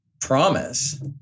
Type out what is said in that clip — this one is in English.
promise